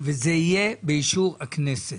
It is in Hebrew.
וזה יהיה באישור הכנסת.